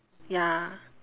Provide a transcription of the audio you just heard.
ya